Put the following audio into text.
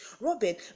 Robin